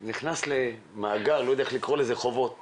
אנחנו בתקופה הזאת משתדלים לא לגבות חובות